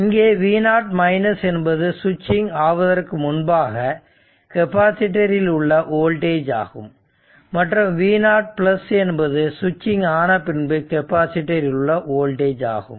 இங்கே v0 என்பது சுவிட்சிங் ஆவதற்கு முன்பாக கெப்பாசிட்டர் இல் உள்ள உள்ள வோல்டேஜ் ஆகும் மற்றும் v0 என்பது சுவிட்சிங் ஆனபின்பு கெப்பாசிட்டர் இல் உள்ள வோல்டேஜ் ஆகும்